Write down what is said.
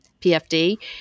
PFD